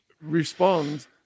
respond